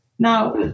Now